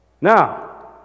Now